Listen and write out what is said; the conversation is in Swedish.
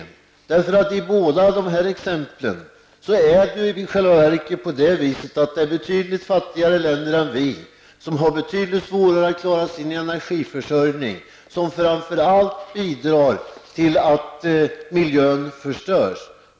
I dessa båda fall är det i själva verket betydligt fattigare länder än vi, länder som har betydligt svårare att klara sin energiförsörjning, som framför allt bidrar till miljöförstöringen.